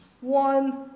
one